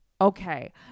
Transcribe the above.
Okay